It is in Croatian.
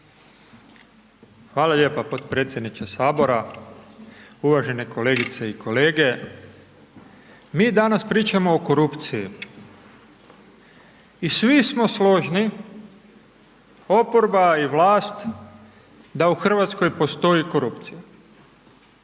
Hvala lijepa potpredsjedniče Sabora, uvažene kolegice i kolege. Mi danas pričamo o korupciji i svi smo složni, oporba i vlast da u Hrvatskoj postoji korupcija.